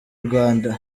rwanda